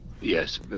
yes